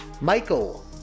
Michael